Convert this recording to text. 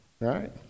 Right